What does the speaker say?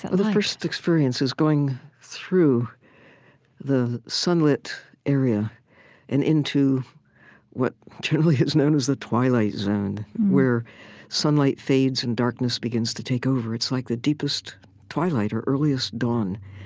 the the first experience is going through the sunlit area and into what generally is known as the twilight zone, where sunlight fades and darkness begins to take over. it's like the deepest twilight or earliest dawn.